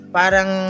parang